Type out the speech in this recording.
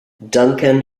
duncan